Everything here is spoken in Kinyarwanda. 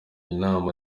inama